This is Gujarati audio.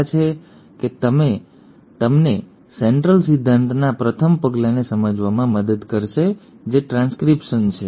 આશા છે કે આ તમને સેન્ટ્રલ સિદ્ધાંતના પ્રથમ પગલાને સમજવામાં મદદ કરશે જે ટ્રાન્સક્રિપ્શન છે